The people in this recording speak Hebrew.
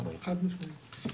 חד משמעית.